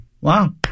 Wow